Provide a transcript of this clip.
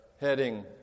heading